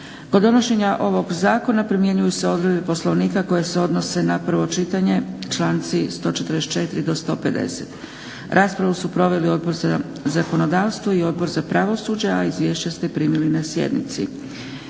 Kod donošenja ovog zakona primjenjuju se odredbe Poslovnika koje se odnose na prvo čitanje, članci 144. do 150. Raspravu su proveli Odbor za zakonodavstvo i Odbor za pravosuđe, a izvješća ste primili na sjednici.